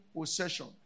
possession